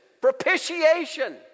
propitiation